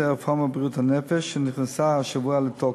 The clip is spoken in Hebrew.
הרפורמה בבריאות הנפש שנכנסה השבוע לתוקף.